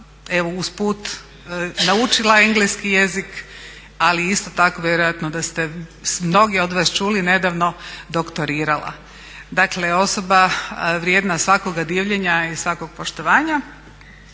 evo usput naučila engleski jezik, ali isto vjerojatno da ste mnogi od vas čuli nedavno doktorirala. Dakle osoba vrijedna svakoga divljenja i svakog poštovanja,